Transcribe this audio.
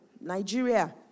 Nigeria